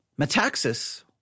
Metaxas